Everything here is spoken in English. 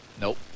Nope